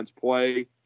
play